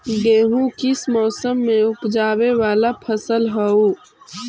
गेहूं किस मौसम में ऊपजावे वाला फसल हउ?